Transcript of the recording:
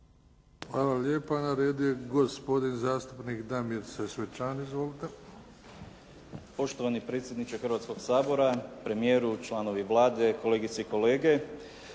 Hvala lijepa. Na redu je gospodin zastupnik Damir Sesvečan. Izvolite. **Sesvečan, Damir (HDZ)** Poštovani predsjedniče Hrvatskoga sabora, premijeru, članovi Vlade, kolegice i kolege.